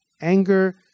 anger